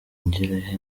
nduhungirehe